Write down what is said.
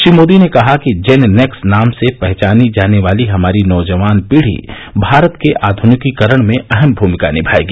श्री मोदी ने कहा कि जेन नेक्स के नाम से पहचानी जाने वाली हमारी नौजवान पीढी भारत के आधनिकीकरण में अहम भूमिका निभाएगी